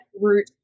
Root